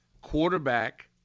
quarterback